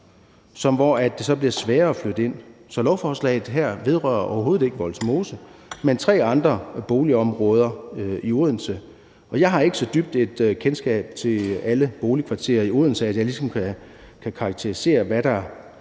hvor det så bliver sværere at flytte ind. Så lovforslaget her vedrører overhovedet ikke Vollsmose, men tre andre boligområder i Odense. Jeg har ikke så dybt kendskab til alle boligkvarterer i Odense, at jeg ligesom kan karakterisere, hvad der